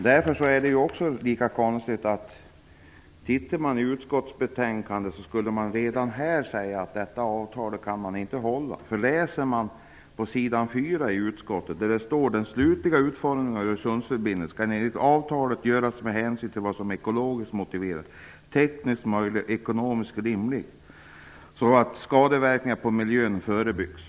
Det är också konstigt att utskottsbetänkandet kan tolkas så att man inte kan hålla detta avtal. På sidan 4 Öresundsförbindelsen skall enligt avtalet göras med hänsyn till vad som är ekologiskt motiverat, tekniskt möjligt och ekonomiskt rimligt så att skadliga verkningar på miljön förebyggs."